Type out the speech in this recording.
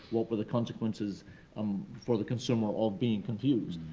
what were the consequences um for the consumer of being confused,